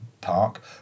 Park